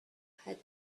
had